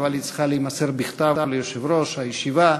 אבל היא צריכה להימסר בכתב ליושב-ראש הישיבה,